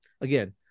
again